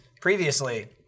previously